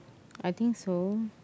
I think so